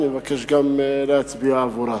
אני מבקש גם להצביע עבורה.